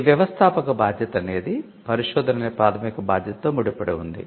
ఈ వ్యవస్థాపక బాధ్యత అనేది పరిశోధన అనే ప్రాధమిక బాధ్యతతో ముడిపడి ఉంది